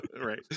Right